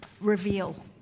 reveal